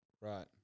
Right